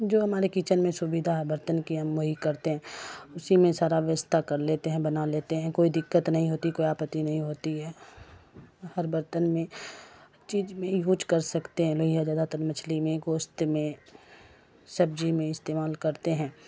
جو ہمارے کچن میں سویدھا ہے برتن کی ہم وہی کرتے ہیں اسی میں سارا ویستا کر لیتے ہیں بنا لیتے ہیں کوئی دقت نہیں ہوتی کوئی آپتی نہیں ہوتی ہے ہر برتن میں چیز میں یوز کر سکتے ہیں لوہیا زیادہ تر مچھلی میں گوشت میں سبزی میں استعمال کرتے ہیں